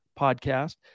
podcast